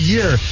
Year